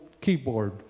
keyboard